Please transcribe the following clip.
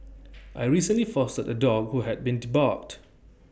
I recently fostered A dog who had been debarked